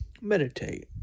meditate